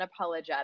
unapologetic